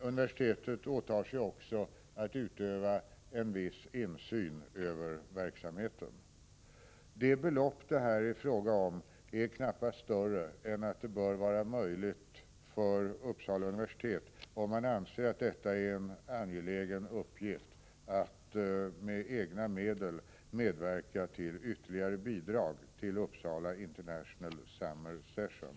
Universitetet åtar sig också att utöva en viss insyn över verksamheten. Det belopp det här är fråga om är knappast större än att det bör vara möjligt för Uppsala universitet, om man anser att det är en angelägen uppgift, att med egna medel medverka med ytterligare bidrag till Uppsala International Summer Session.